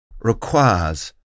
requires